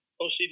OCD